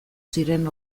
ziren